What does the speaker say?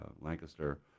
Lancaster